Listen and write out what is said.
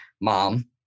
mom